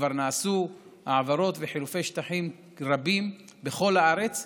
וכבר נעשו העברות וחילופי שטחים רבים בכל הארץ.